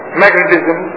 magnetism